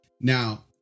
now